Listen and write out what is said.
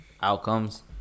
Outcomes